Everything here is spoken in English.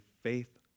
faith